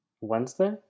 Wednesday